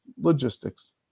logistics